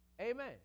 Amen